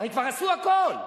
הרי כבר עשו הכול,